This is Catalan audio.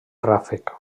ràfec